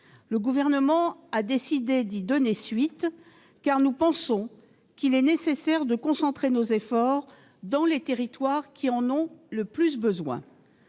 Le Gouvernement a décidé de suivre cette recommandation, car nous pensons qu'il est nécessaire de concentrer nos efforts dans les territoires qui en ont le plus besoin.